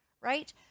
right